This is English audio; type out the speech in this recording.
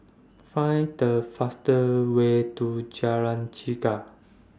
Find The fast Way to Jalan Chegar